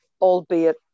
albeit